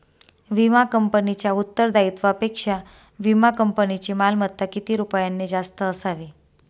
विमा कंपनीच्या उत्तरदायित्वापेक्षा विमा कंपनीची मालमत्ता किती रुपयांनी जास्त असावी?